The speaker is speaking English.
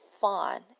fun